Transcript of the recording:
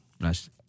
Nice